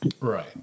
right